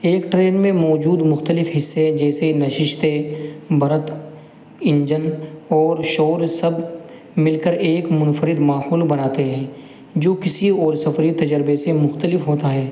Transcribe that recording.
ایک ٹرین میں موجود مختلف حصے جیسے نشستیں برت انجن اور شور سب مل کر ایک منفرد ماحول بناتے ہیں جو کسی اور سفری تجربے سے مختلف ہوتا ہے